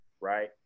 right